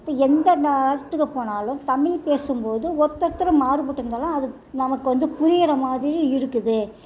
இப்போ எந்த நாட்டுக்கு போனாலும் தமிழ் பேசும்போதும் ஒருத்தர் ஒருத்தரும் மாறுபட்டு இருந்தாலும் அது நமக்கு வந்து புரிகிற மாதிரி இருக்குது